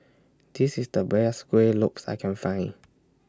This IS The Best Kueh Lopes that I Can Find